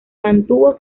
mantuvo